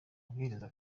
mabwiriza